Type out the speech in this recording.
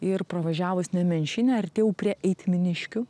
ir pravažiavus nemenčinę artėjau prie eitminiškių